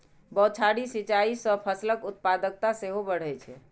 बौछारी सिंचाइ सं फसलक उत्पादकता सेहो बढ़ै छै